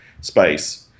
space